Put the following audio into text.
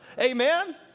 Amen